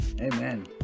Amen